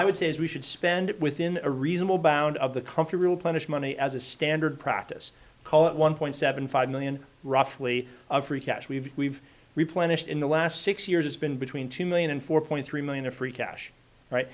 i would say is we should spend within a reasonable bound of the company real punish money as a standard practice call it one point seven five million roughly of free cash we've we've replenished in the last six years it's been between two million and four point three million are free cash right